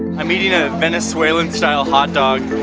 i'm eating a venezuelan styled hot dog